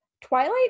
Twilight